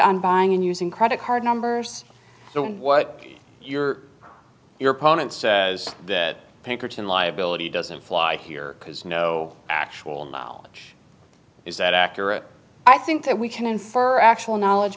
on buying and using credit card numbers so what you're your opponents as pinkerton liability doesn't fly here because no actual knowledge is that accurate i think that we can infer actual knowledge